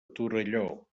torelló